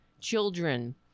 children